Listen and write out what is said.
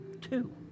Two